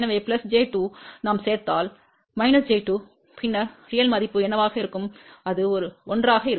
எனவே j 2 நாம் சேர்த்தால் j 2 பின்னர் உண்மையான மதிப்பு என்னவாக இருக்கும் அது 1 ஆக இருக்கும்